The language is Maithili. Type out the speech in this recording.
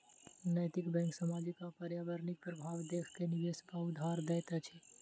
नैतिक बैंक सामाजिक आ पर्यावरणिक प्रभाव देख के निवेश वा उधार दैत अछि